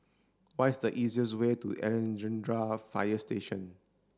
what is the easiest way to Alexandra Fire Station